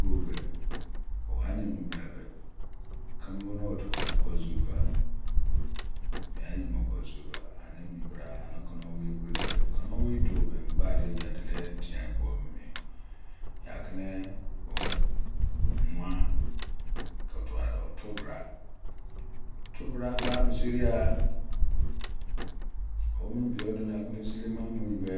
Boube omanemi brabe keme mo otu bo mo kpo jorugha bianyi makpo zorugha ani emibra ani kuno omei eqberi be kuno omei dube qbadebi duloye diyan buominimi yaki ne man ko tua otobra otobra gba moseriqha omene biyo duo nakene esilema omu yibe